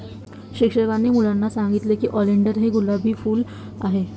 शिक्षकांनी मुलांना सांगितले की ऑलिंडर हे गुलाबी फूल आहे